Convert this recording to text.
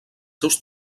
seus